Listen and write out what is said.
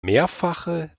mehrfache